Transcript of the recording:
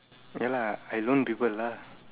ya lah I loan people lah